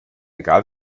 egal